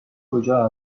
کجا